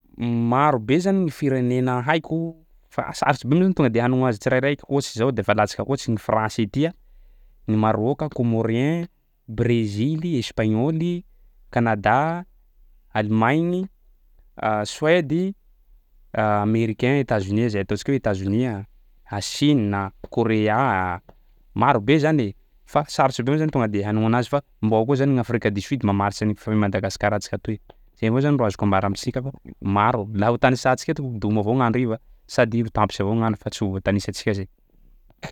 Marobe zany ny firenena haiko fa sarotsy be zany tonga de hanao azy tsirairaiky ohatsy zao de fa alantsika ohatsy ny français ty a, ny Marôka, comorien, Brezily, Espagnoly, Kanada, Alemaigny, Suèdy, américain États-Unis zay ataontsika hoe Etazonia, Chine a, Korea a. Marobe zany e fa sarotsy be moa zany tonga de hanonona anazy fa mbo ao koa zany gny Afrique du Sud mamaritsy an'i f- Madagasikarantsika toy. Zay avao zany ro azoko ambara amintsika fa maro, laha ho tanisantsika eto ho doma avao gny hariva sady ho tampitsy avao gn'andro fa tsy ho voatanisantsika zay.